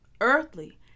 earthly